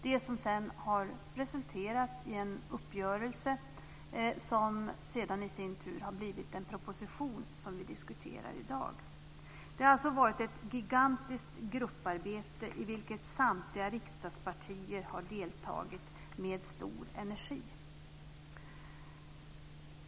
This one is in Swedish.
Det har resulterat i en uppgörelse som sedan i sin tur har blivit den proposition som vi diskuterar i dag. Det har alltså varit ett gigantiskt grupparbete i vilket samtliga riksdagspartier har deltagit med stor energi.